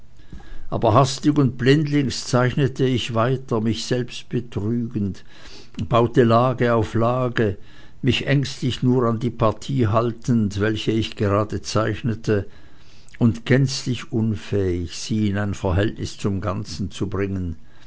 aber hastig und blindlings zeichnete ich weiter mich selbst betrügend baute lage auf lage mich ängstlich nur an die partie haltend welche ich gerade zeichnete und gänzlich unfähig sie in ein verhältnis zum ganzen zu bringen